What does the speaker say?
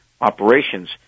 operations